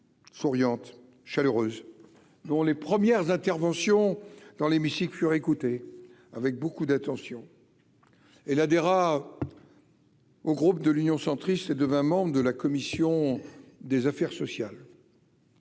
souriante, chaleureuse, nous les premières interventions dans l'hémicycle, furent écoutés avec beaucoup d'attention et la. Au groupe de l'Union centriste et devint membre de la commission des affaires sociales.